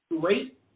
great